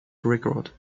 record